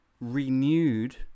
renewed